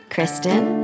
Kristen